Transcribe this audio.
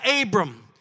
Abram